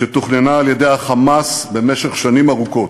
שתוכננה על-ידי ה"חמאס" במשך שנים ארוכות,